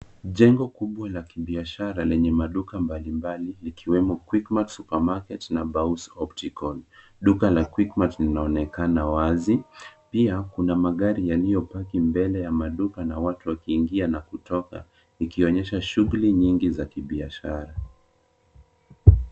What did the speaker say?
Jengo kubwa la biashara lenye maduka mbalimbali likiwemo quickmart supermarket na baus optical Duka la quickmart linaonekana wazi, pia, kuna magari yaliopaki mbele ya maduka na watu wakiingia, na kutoka, ikionyesha shughuli nyingi za kibiashara.